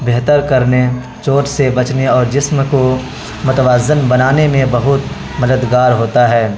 بہتر کرنے چوٹ سے بچنے اور جسم کو متوازن بنانے میں بہت مددگار ہوتا ہے